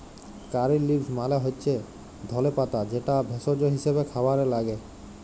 কারী leaves মালে হচ্যে ধলে পাতা যেটা ভেষজ হিসেবে খাবারে লাগ্যে